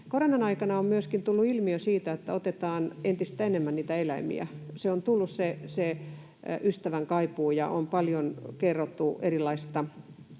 Koronan aikana on myöskin tullut se ilmiö, että otetaan entistä enemmän eläimiä. On tullut se ystävän kaipuu, ja on paljon kerrottu erilaisista